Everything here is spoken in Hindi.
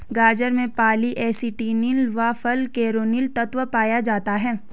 गाजर में पॉली एसिटिलीन व फालकैरिनोल तत्व पाया जाता है